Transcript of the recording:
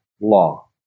law